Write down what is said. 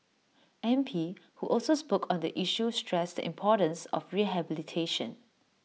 M P who also spoke on the issue stressed the importance of rehabilitation